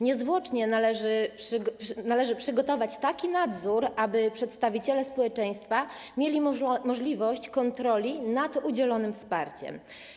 Niezwłocznie należy przygotować taki nadzór, aby przedstawiciele społeczeństwa mieli możliwość kontroli nad udzielonym wsparciem.